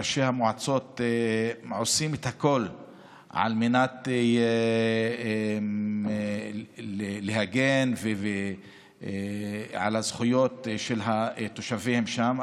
ראשי המועצות עושים הכול על מנת להגן על הזכויות של התושבים שם,